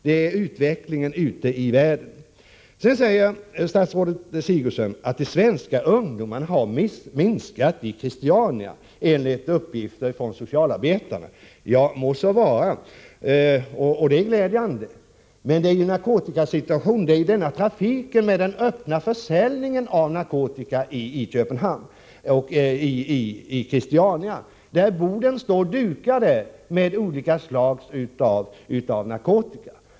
Det är utvecklingen ute i världen. Sedan säger statsrådet Sigurdsen att antalet svenska ungdomar i Christiania har minskat, enligt uppgifter från socialarbetare. Må så vara. Det är glädjande. Men problemet är den öppna försäljningen av narkotika i Christiania, där borden står dukade med olika slag av narkotika.